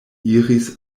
iris